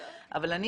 אבל,